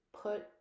put